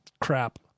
crap